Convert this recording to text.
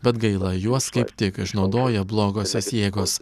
bet gaila juos kaip tik išnaudoja blogosios jėgos